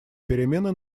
перемены